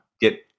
get